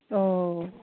अ'